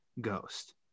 ghost